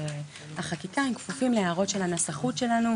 החקיקה הם כפופים להערות של הנסחות שלנו.